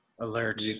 alert